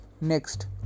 Next